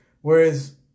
Whereas